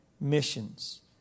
missions